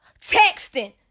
texting